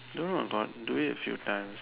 don't know about do it a few times